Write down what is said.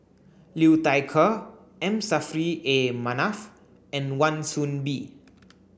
Liu Thai Ker M Saffri A Manaf and Wan Soon Bee